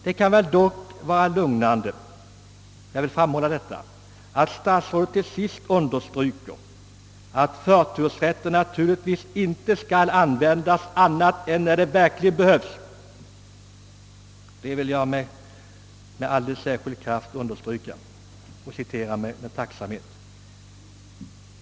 Det kan dock vara lugnande — jag vill framhålla detta — att statsrådet till sist understryker »att förtursrätten naturligtvis inte skall användas annat än när det verkligen behövs». Jag noterar detta uttalande med tacksamhet.